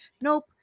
nope